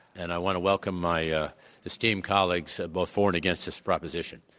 and i want to welcome my ah esteemed colleagues both for and against this proposition.